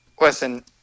Listen